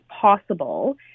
possible